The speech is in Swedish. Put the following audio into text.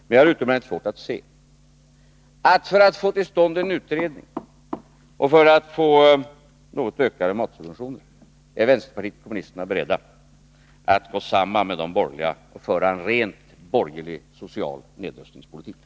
Vi har utomordentligt svårt att inse att vänsterpartiet kommunisterna för att få till stånd en utredning och något ökade matsubventioner är beredda att gå samman med de borgerliga och föra en rent borgerlig politik, innebärande social nedrustning.